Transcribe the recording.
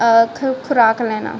ਅ ਖ ਖੁਰਾਕ ਲੈਣਾ